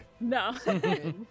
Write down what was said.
No